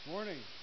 morning